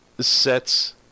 sets